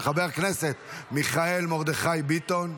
של חבר הכנסת מיכאל מרדכי ביטון.